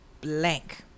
blank